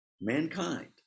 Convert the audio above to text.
mankind